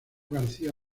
garcía